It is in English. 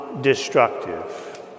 destructive